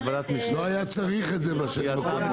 לוועדת משנה --- לא היה צריך את זה בשנים הקודמות.